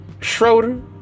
Schroeder